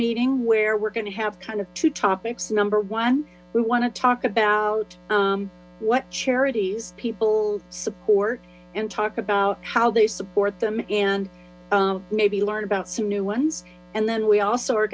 meeting where we're going to have kind of two topics number one we want to talk about what charities people support and talk about how they support them and maybe learn about some new ones and then we also are